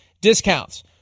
discounts